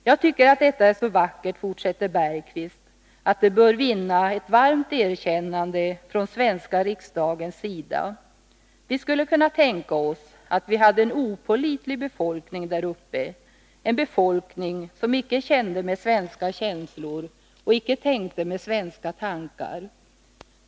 Jag tycker, att detta är så vackert, att det bör vinna ett varmt erkännande från svenska riksdagens sida. Vi skulle kunna tänka oss, att vi hade en opålitlig befolkning däruppe, en befolkning, som icke kände med svenska känslor och icke tänkte med svenska tankar.